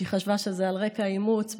שהיא חשבה שזה על רקע האימוץ,